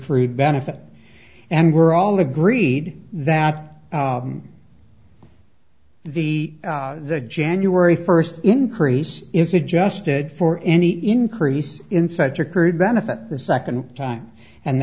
d benefit and we're all agreed that the the january first increase is adjusted for any increase in such occurred benefit the second time and